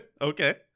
okay